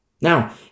Now